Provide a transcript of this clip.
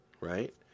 right